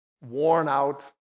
worn-out